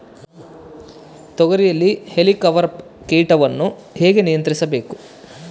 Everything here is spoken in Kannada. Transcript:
ತೋಗರಿಯಲ್ಲಿ ಹೇಲಿಕವರ್ಪ ಕೇಟವನ್ನು ಹೇಗೆ ನಿಯಂತ್ರಿಸಬೇಕು?